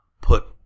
put